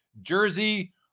jersey